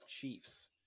Chiefs